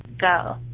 go